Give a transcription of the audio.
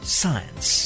science